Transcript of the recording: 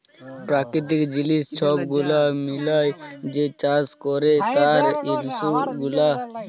পেরাকিতিক জিলিস ছব গুলা মিলাঁয় যে চাষ ক্যরে তার ইস্যু গুলা